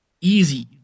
easy